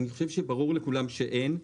לדעתי, ברור לכולם שאין.